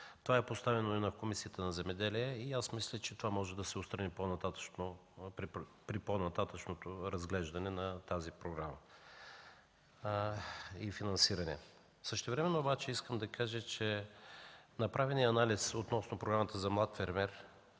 Това е поставяно и на Комисията по земеделието и мисля, че може да се отстрани при по-нататъшното разглеждане на тази програма и финансирането. Същевременно обаче искам да кажа, че от направения анализ относно Програмата за млад фермер